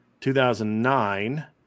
2009